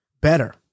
better